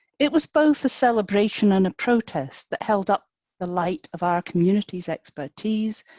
it was both a celebration and a protest that held-up the light of our community's expertise,